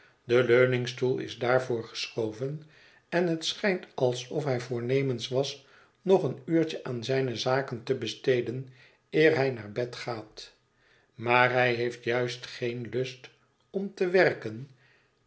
de leuningstoel is daarvoor geschoven en het schijnt alsof hij voornemens was nog een uurtje aan zijne zaken te besteden eer hij naar bed gaat maar hij heeft juist geen lust om te werken